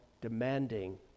demanding